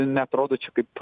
neatrodo čia kaip